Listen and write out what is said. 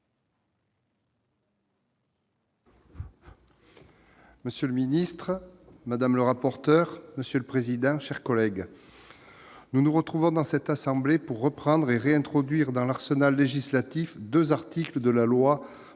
Monsieur le président, monsieur le ministre, mes chers collègues, nous nous retrouvons dans cette assemblée pour reprendre et réintroduire dans l'arsenal législatif deux articles de la loi